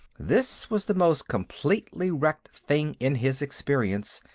this was the most completely wrecked thing in his experience.